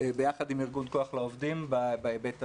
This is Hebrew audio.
ביחד עם ארגון כוח לעובדים בהיבט הזה.